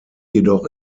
jedoch